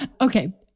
Okay